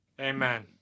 Amen